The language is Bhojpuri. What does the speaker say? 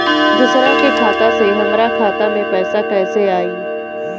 दूसरा के खाता से हमरा खाता में पैसा कैसे आई?